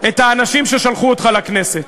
את האנשים ששלחו אותך לכנסת.